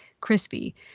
crispy